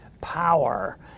power